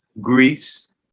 Greece